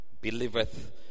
believeth